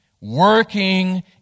working